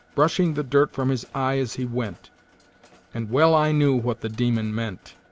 brushing the dirt from his eye as he went and well i knew what the demon meant.